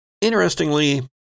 Interestingly